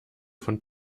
von